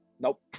Nope